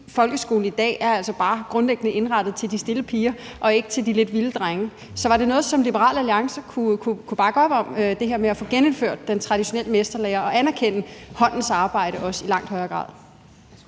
Folkeskolen i dag er altså bare grundlæggende indrettet til de stille piger og ikke til de lidt vilde drenge. Så var det noget, som Liberal Alliance kunne bakke op om, altså det her med at få genindført den traditionelle mesterlære og også anerkende håndens arbejde i langt højere grad?